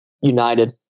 United